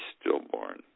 stillborn